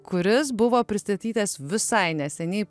kuris buvo pristatytas visai neseniai